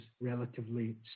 relatively